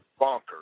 bonkers